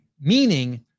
Meaning